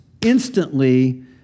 Instantly